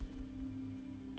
okay